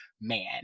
man